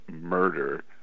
murder